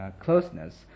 closeness